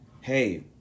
Hey